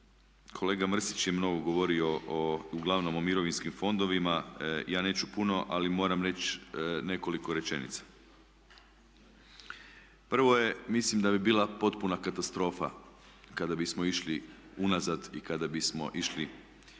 Kolega Mrsić je mnogo govorio o uglavnom o mirovinskim fondovima. Ja neću puno, ali moram reći nekoliko rečenica. Prvo je mislim da bi bila potpuna katastrofa kada bismo išli unazad i kada bismo išli